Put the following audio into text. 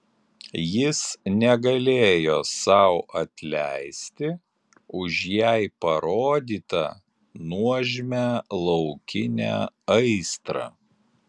jis negalėjo sau atleisti už jai parodytą nuožmią laukinę aistrą